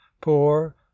Poor